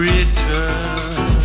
Return